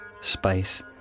space